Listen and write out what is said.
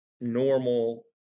normal